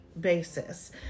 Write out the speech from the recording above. basis